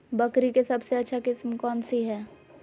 बकरी के सबसे अच्छा किस्म कौन सी है?